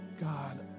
God